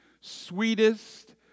sweetest